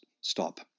stop